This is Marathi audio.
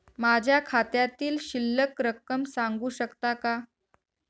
माझ्या खात्यातील शिल्लक रक्कम सांगू शकता का?